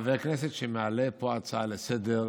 חבר כנסת שמעלה פה הצעה לסדר-היום,